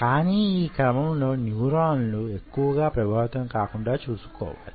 కానీ యీ క్రమంలో న్యూరాన్లు యెక్కువగా ప్రభావితం కాకుండా చూసుకోవాలి